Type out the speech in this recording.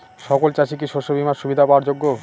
সকল চাষি কি শস্য বিমার সুবিধা পাওয়ার যোগ্য?